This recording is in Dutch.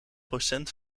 procent